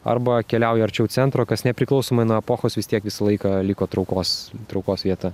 arba keliauji arčiau centro kas nepriklausomai nuo epochos vis tiek visą laiką liko traukos traukos vieta